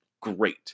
Great